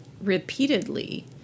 repeatedly